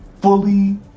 fully